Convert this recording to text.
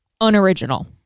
unoriginal